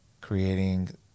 creating